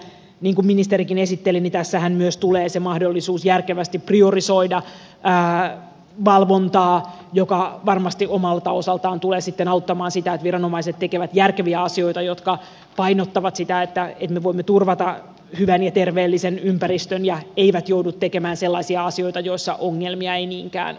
niin kuin ministerikin esitteli tässähän tulee myös mahdollisuus järkevästi priorisoida valvontaa mikä varmasti omalta osaltaan tulee sitten auttamaan sitä että viranomaiset tekevät järkeviä asioita jolloin painottuu se että me voimme turvata hyvän ja terveellisen ympäristön ja he eivät joudu tekemään sellaisia asioita joissa ongelmia ei niinkään ole